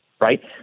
right